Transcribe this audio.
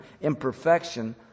imperfection